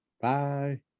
bye